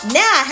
now